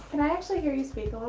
can i actually hear you speak